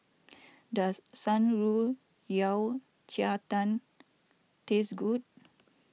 does Shan Rui Yao Cai Tang taste good